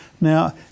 Now